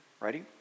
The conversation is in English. Ready